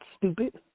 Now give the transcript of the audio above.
Stupid